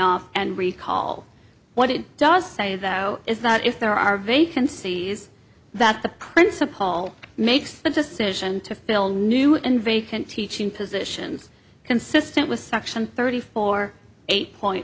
off and recall what it does say that oh is that if there are vacancies that the principal makes the decision to fill new and vacant teaching positions consistent with section thirty four eight point